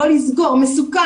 מסוכן,